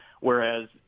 whereas